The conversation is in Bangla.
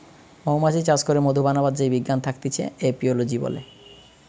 মৌমাছি চাষ করে মধু বানাবার যেই বিজ্ঞান থাকতিছে এপিওলোজি বলে